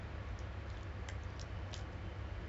how you coping seh with the kalau gitu